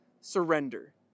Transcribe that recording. surrender